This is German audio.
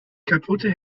kaputte